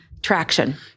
traction